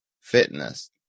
fitness